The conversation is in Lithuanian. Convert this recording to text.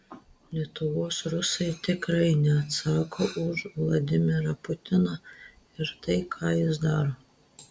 lietuvos rusai tikrai neatsako už vladimirą putiną ir tai ką jis daro